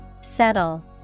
Settle